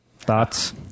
Thoughts